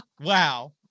wow